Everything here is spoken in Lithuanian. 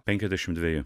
penkiasdešim dveji